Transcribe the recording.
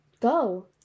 Go